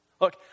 Look